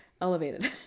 elevated